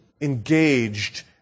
engaged